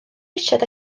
richard